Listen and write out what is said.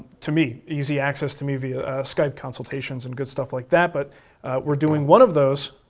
to me, easy access to me via skype consultations, and good stuff like that, but we're doing one of those,